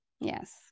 Yes